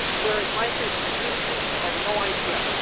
whereas myspace, we really didn't. we had no idea.